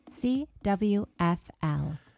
CWFL